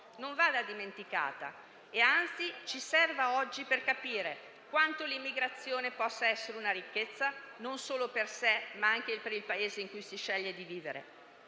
non vada dimenticata, e anzi ci serva oggi per capire quanto l'immigrazione possa essere una ricchezza non solo per sé, ma anche il per il Paese in cui si sceglie di vivere.